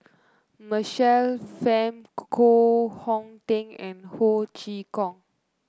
Michael Fam Koh Hong Teng and Ho Chee Kong